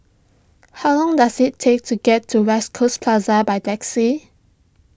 how long does it take to get to West Coast Plaza by taxi